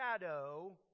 shadow